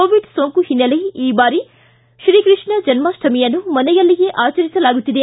Covid ಸೋಂಕು ಓನ್ನಲೆ ಈ ಬಾರಿ ಶ್ರೀಕೃಷ್ಣ ಜನ್ಮಾಷ್ವಮಿಯನ್ನು ಮನೆಯಲ್ಲಿಯೇ ಆಚರಿಸಲಾಗುತ್ತಿದೆ